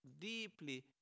deeply